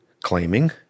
claiming